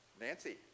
Nancy